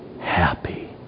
happy